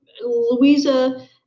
Louisa